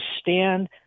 stand